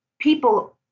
people